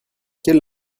quelle